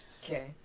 Okay